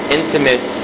intimate